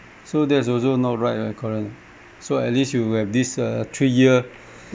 so that's also not right ah correct or not so at least you have this uh three year